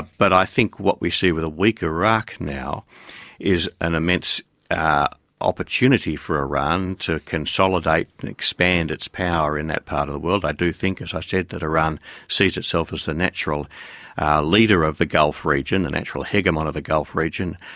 but i think what we see with a weak iraq now is an immense ah opportunity for iran to consolidate and expand its power in that part of the world. i do think, as i said, that iran sees itself as the natural leader of the gulf region, the natural hegemon of the gulf region,